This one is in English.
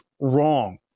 wrong